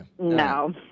No